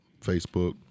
Facebook